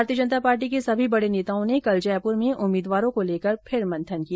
भारतीय जनता पार्टी के सभी बडे नेताओं ने कल जयपुर में उम्मीदवारों को लेकर फिर मंथन किया